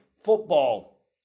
football